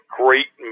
great